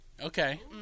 Okay